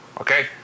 Okay